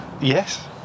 Yes